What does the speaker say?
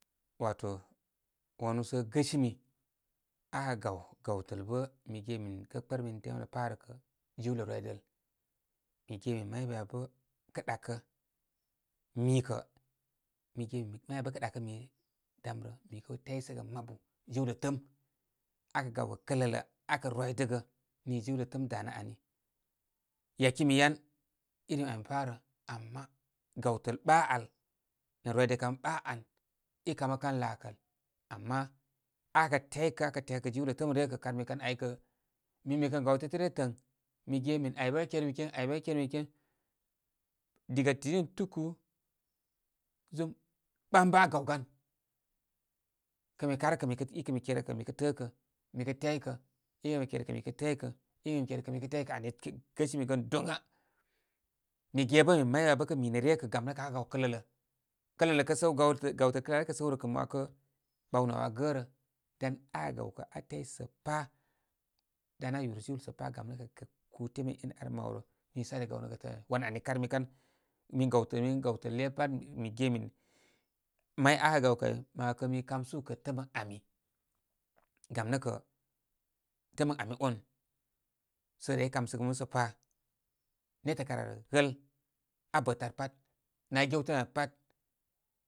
Wato, wanu sə gəsə mi akə' gaw gawtəl bə' mi ge min kə kpər min temlə pa' rə kə', jiwlaə rwidəl. Mi ge min may piya bə' kə' ɗakə. Mikə' mi ge min may piya bə'. Kə ɗakə mi damrə mi kəw tyisəgə mabu jiwlə tə'ə'm aa kə, gawkə' kələlə, akə rwidəgə nii jiwlə tə'ə'm danə ani. Yakimi yan irim āmi pā rə. Ama gawtəl ɓa āl nə' wide kan ɓa ān, i kamə kan lāākəl. Ama akə tyikə, akə tyəkə. Jiwlə tə'ə'm rə' kə' karmi kan. aykə, min mi kən gaw te'tə' ryə tə'n mi ge min āy bə' kə' kermi ken āy bə' kə' kermi ken. Diga tidi nə' tūkūū zum ɓam bə' na gaw gan kə mi karkə mii kə mi kerka umi kə tpəkə mi kə tə'yko mi kə tyikə, ikə mi kerkə' mi kə tyikə ani gəsimi gən dona. Mi ggebə min may waa ya bə' kə' minə ryə kə' gam nə'kə' akə' gaw kələlə. Kələlə kə səw, gawtəl kələlə al kə sew rə kə' ma 'wakə ɓawnə' āw a gərə. Dan akə gawkə' a tyiki sə' pa dan a yurisi sə pa gam nə' kə' ku teme enə' ar mawrə, niisə are gawnə gə kələlə. Wan ani karmi kan. Mi gawtəl min gawtəl le pat min ge min, may aakturn gawkə' āy ma kə mi kam sūū kə' tə'ə'm ən ami. Gamnə' kə' tə'ə'm ə ami on sə rey kamsə go musə pa. netə' ar ar ghəl abə tə ar pat ni aa gew tənə an pat.